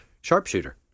sharpshooter